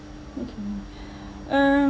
okay um